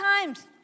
times